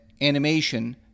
animation